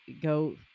go